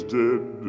dead